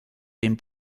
dem